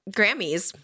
Grammys